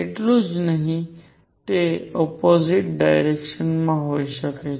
એટલું જ નહીં તે ઑપોજીટ ડાયરેક્શન માં હોઈ શકે છે